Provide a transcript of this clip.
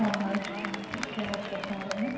ہاں ہاں أسۍ چھِ کیٖبہٕ وٲلۍ کیٖب پٮ۪ٹھ ؤنِو